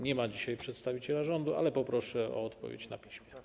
Nie ma dzisiaj przedstawiciela rządu, ale poproszę o odpowiedź na piśmie.